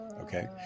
okay